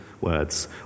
words